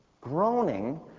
groaning